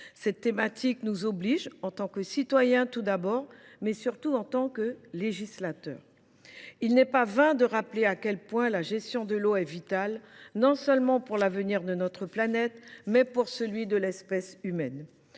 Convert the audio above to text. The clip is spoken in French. Cette thématique nous oblige, en tant que citoyens, mais surtout en tant que législateur. Il n’est pas vain de rappeler combien la gestion de l’eau est vitale, non seulement pour l’avenir de notre planète, mais aussi pour celui de l’espèce humaine.